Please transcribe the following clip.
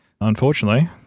unfortunately